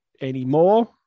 anymore